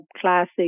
classic